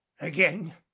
Again